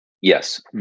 Yes